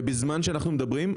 ובזמן שאנחנו מדברים,